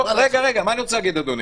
רגע, מה אני רוצה להגיד, אדוני?